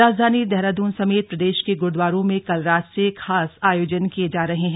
राजधानी देहरादून समेत प्रदेश के गुरुद्वारों में कल रात से खास आयोजन किये जा रहे हैं